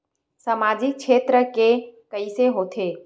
सामजिक क्षेत्र के कइसे होथे?